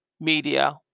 Media